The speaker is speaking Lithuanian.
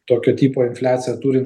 tokio tipo infliaciją turint